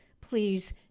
please